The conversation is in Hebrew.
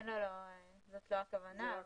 זאת לא הכוונה.